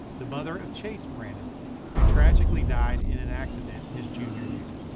the mother of chase brannon who tragically died in an accident his junior year.